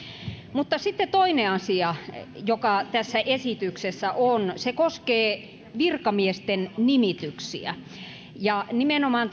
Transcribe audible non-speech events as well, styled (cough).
mutta sitten toinen asia joka tässä esityksessä on se koskee virkamiesten nimityksiä ja nimenomaan (unintelligible)